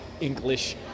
English